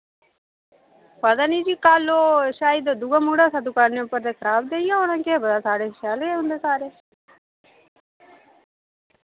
पता नी जी कल ओ शायद दूआ मुड़ा हा दुकाने उप्पर ते खराब देइया होना केह् पता साढ़े श शैल ही होंदे सारे